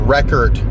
Record